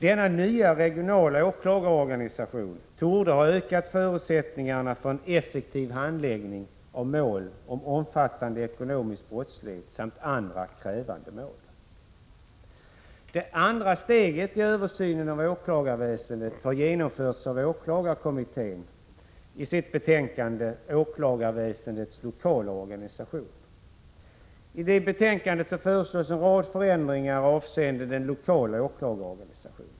Denna nya regionala åklagarorganisation torde ha ökat förutsättningarna för en effektiv handläggning av mål om omfattande ekonomisk brottslighet samt andra särskilt krävande mål. Det andra steget i översynen av åklagarväsendet har genomförts av åklagarkommittén i dess betänkande Åklagarväsendets lokala organisation. I det betänkandet föreslås en rad förändringar avseende den lokala åklagarorganisationen.